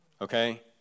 okay